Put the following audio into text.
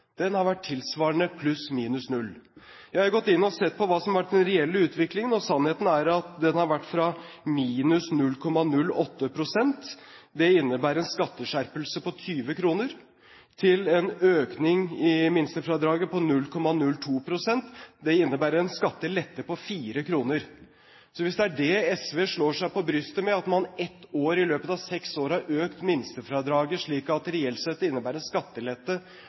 har vært tilsvarende pluss-minus 0. Jeg har gått inn og sett på hva som har vært den reelle utviklingen, og sannheten er at den har vært fra minus 0,08 pst., som innebærer en skatteskjerpelse på 20 kr, til en økning i minstefradraget på 0,02 pst., det innebærer en skattelette på 4 kr. Så hvis det er det SV slår seg på brystet av, at man ett år i løpet av seks år har økt minstefradraget slik at det reelt sett innebærer skattelette